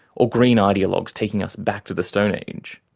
or green ideologues taking us back to the stone age.